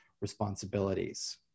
responsibilities